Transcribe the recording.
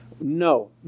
No